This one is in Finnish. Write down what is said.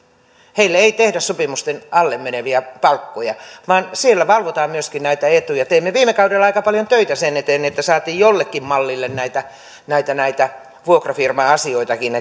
heille ei tule sopimusten alle meneviä palkkoja vaan siellä valvotaan myöskin näitä etuja teimme viime kaudella aika paljon töitä sen eteen että saatiin jollekin mallille näitä näitä vuokrafirma asioitakin